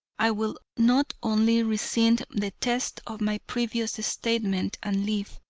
i will not only rescind the text of my previous statement and live,